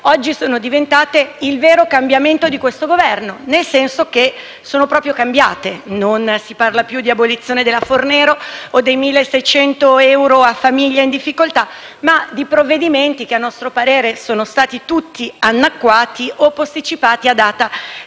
oggi sono diventate il vero cambiamento di questo Governo, nel senso che sono proprio cambiate: non si parla più di abolizione della Fornero o dei 1.600 euro a famiglia in difficoltà, ma di provvedimenti che a nostro parere sono stati tutti annacquati o posticipati a data da